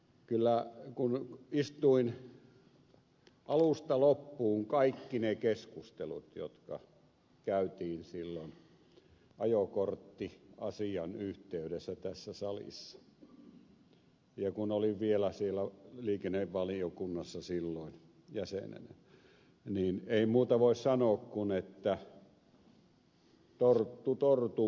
kyllä kun istuin alusta loppuun kaikki ne keskustelut jotka käytiin silloin ajokorttiasian yhteydessä tässä salissa ja kun olin vielä siellä liikennevaliokunnassa silloin jäsenenä niin ei muuta voi sanoa kuin että torttu tortun päällä